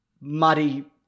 muddy